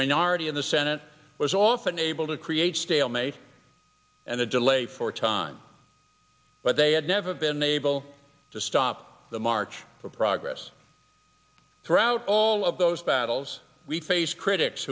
minority in the senate was often able to create stalemate and a delay for time but they had never been able to stop the march for progress throughout all of those battles we faced critics